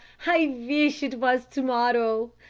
i veesh it vas to-morrow.